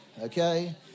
Okay